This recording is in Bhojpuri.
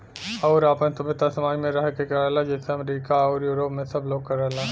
आउर आपन सभ्यता समाज मे रह के करला जइसे अमरीका आउर यूरोप मे सब लोग करला